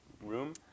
room